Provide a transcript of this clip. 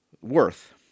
Worth